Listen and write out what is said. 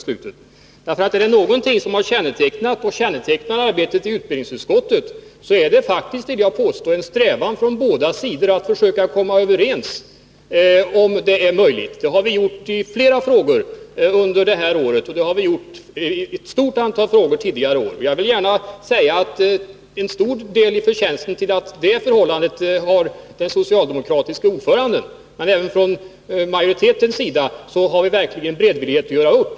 Men är det någonting som har kännetecknat, och kännetecknar, arbetet i utbildningsutskottet, så är det faktiskt — vill jag påstå — en strävan från båda sidor att försöka komma överens, om det är möjligt. Det har vi gjort i flera frågor under det här året, och det har vi gjort i ett stort antal frågor också under tidigare år. Jag vill gärna säga att det förhållandet till stor del är den socialdemokratiske ordförandens förtjänst men att vi även från majoritetens sida verkligen har beredvillighet att göra upp.